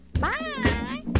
bye